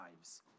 lives